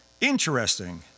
interesting